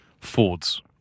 Ford's